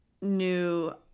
new